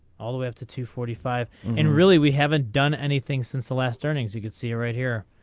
all the way up to two forty five and really we haven't done anything since the last earnings you could see right here.